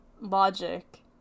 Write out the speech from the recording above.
logic